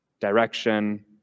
direction